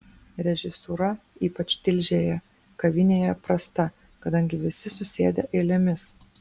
režisūra ypač tilžėje kavinėje prasta kadangi visi susėdę eilėmis